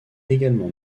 également